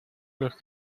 los